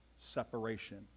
separation